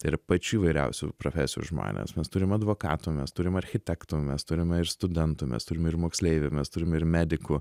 tai yra pačių įvairiausių profesijų žmonės mes turim advokatų mes turim architektų mes turime ir studentų mes turim ir moksleiviai mes turime ir medikų